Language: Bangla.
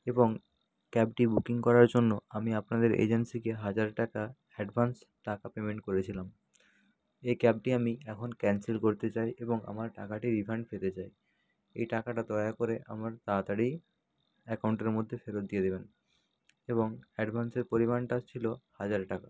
এবং ক্যাবটি বুকিং করার জন্য আমি আপনাদের এজেন্সিকে হাজার টাকা অ্যাডভান্স টাকা পেমেন্ট করেছিলাম এই ক্যাবটি আমি এখন ক্যান্সেল করতে চাই এবং আমার টাকাটি রিফান্ড পেতে চাই এই টাকাটা দয়া করে আমার তাড়াতাড়ি অ্যাকাউন্টের মধ্যে ফেরত দিয়ে দিবেন এবং অ্যাডভান্সের পরিমাণটা ছিলো হাজার টাকা